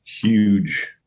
huge